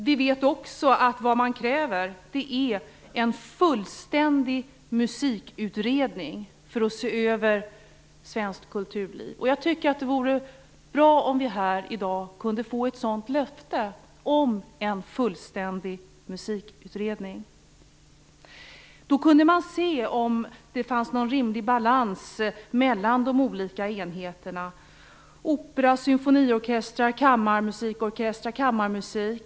Vi vet också att vad man kräver är en fullständig musikutredning som skall se över svenskt kulturliv. Det vore bra om vi här i dag kunde få ett sådant löfte om en fullständig musikutredning. Då kunde man se om det finns någon rimlig balans mellan de olika enheterna: opera, symfoniorkestrar, kammarmusikorkestrar, kammarmusik.